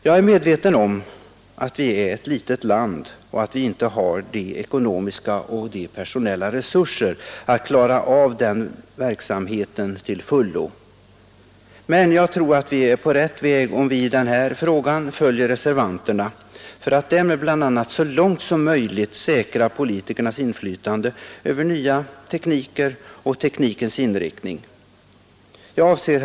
Jag är medveten om att vi är ett litet land och att vi inte har de ekonomiska och personella resurser som behövs för att klara av denna verksamhet till fullo, men jag tror att vi är på rätt väg om vi i denna fråga följer reservanterna och därmed bl.a. så långt som möjligt säkrar politikernas inflytande över nya tekniker och teknikens inriktning. Herr talman!